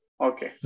Okay